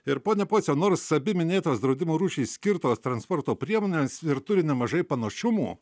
ir pone pociau nors abi minėtos draudimo rūšys skirtos transporto priemonėms ir turi nemažai panašumų